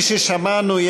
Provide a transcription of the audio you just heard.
כפי ששמענו,